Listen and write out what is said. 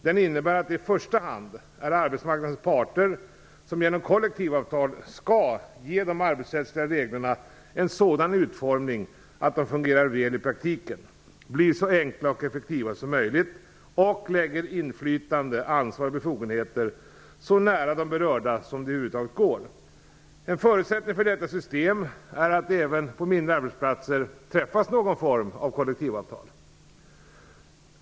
Den innebär att det i första hand är arbetsmarknadens parter som genom kollektivavtal skall ge de arbetsrättsliga reglerna en sådan utformning att de fungerar väl i praktiken, blir så enkla och effektiva som möjligt och lägger inflytande, ansvar och befogenheter så nära de berörda som över huvud taget är möjligt. En förutsättning för detta system är att det även på mindre arbetsplatser träffas någon form av kollektivavtal.